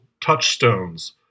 touchstones